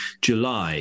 July